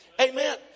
Amen